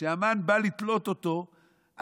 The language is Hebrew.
כשהמן בא לתלות אותו,